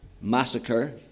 massacre